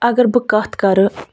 اَگر بہٕ کَتھ کَرٕ